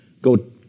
go